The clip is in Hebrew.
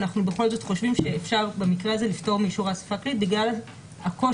אנחנו בכל זאת חושבים שאפשר במקרה הזה לפטור בגלל הקושי